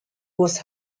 was